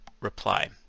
reply